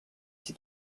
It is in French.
s’y